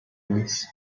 nice